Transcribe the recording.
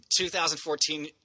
2014